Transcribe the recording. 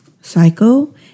Psycho